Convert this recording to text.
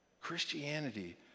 Christianity